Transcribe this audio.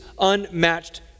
unmatched